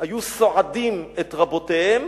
היו סועדים את רבותיהם